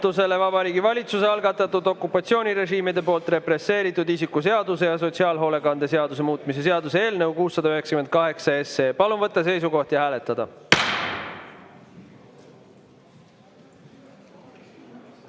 Vabariigi Valitsuse algatatud okupatsioonirežiimide poolt represseeritud isiku seaduse ja sotsiaalhoolekande seaduse muutmise seaduse eelnõu 698. Palun võtta seisukoht ja hääletada!